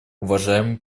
уважаемый